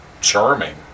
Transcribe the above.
charming